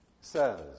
says